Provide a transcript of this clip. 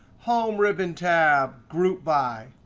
home ribbon tab, group by,